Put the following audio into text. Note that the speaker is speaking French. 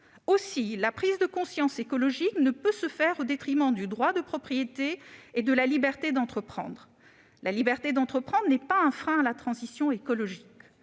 Aussi, la prise de conscience écologique ne peut se faire au détriment du droit de propriété et de la liberté d'entreprendre. La liberté d'entreprendre n'est pas un frein à la transition écologique.